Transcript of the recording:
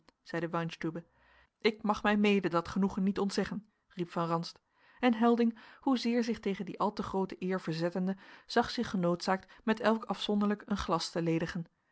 weinstübe ik mag mij mede dat genoegen niet ontzeggen riep van ranst en helding hoezeer zich tegen die al te groote eer verzettende zag zich genoodzaakt met elk afzonderlijk een glas te ledigen